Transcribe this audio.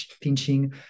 pinching